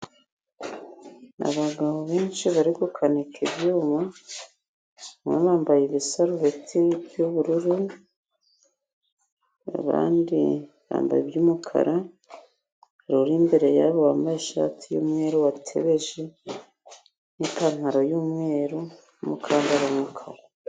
Abagabo benshi bari gukanika ibyuma, bamwe bambaye ibisarubeti by'ubururu, abandi bambaye iby'umukara. Hari uri imbere yabo wambaye ishati y'umweru watebeje, n'ipantaro y'umweru n'umukandara w'umukara.